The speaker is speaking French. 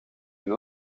une